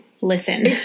Listen